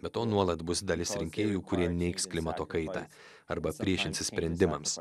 be to nuolat bus dalis rinkėjų kurie neigs klimato kaitą arba priešinsis sprendimams